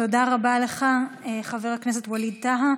תודה רבה לך, חבר הכנסת ווליד טאהא.